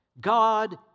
God